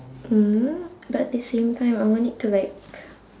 but the same time I want it to like